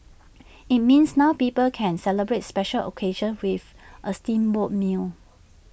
IT means now people can celebrate special occasions with A steamboat meal